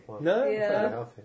No